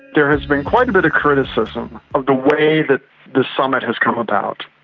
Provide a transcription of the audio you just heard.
there has been quite a bit of criticism of the way that this summit has come about.